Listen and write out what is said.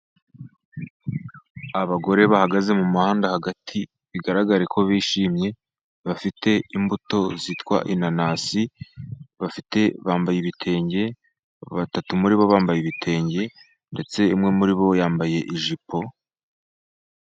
Abagore bahagaze mu muhanda hagati bigaragare ko bishimye, bafite imbuto zitwa inanasi bafite, bambaye ibitenge, batatu muri bo bambaye ibitenge ndetse umwe muri bo yambaye ijipo.